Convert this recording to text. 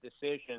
decisions